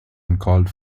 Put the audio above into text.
uncalled